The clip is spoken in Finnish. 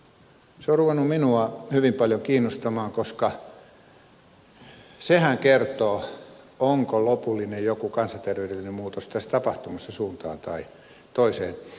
se on ruvennut minua hyvin paljon kiinnostamaan koska sehän kertoo onko joku lopullinen kansanterveydellinen muutos tässä tapahtumassa suuntaan tai toiseen